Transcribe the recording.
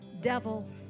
Devil